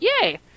yay